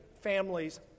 families